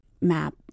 map